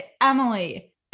Emily